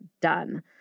done